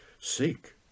seek